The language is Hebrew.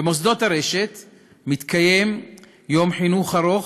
במוסדות הרשת מתקיימים יום חינוך ארוך,